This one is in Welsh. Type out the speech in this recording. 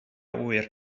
ŵyr